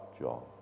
John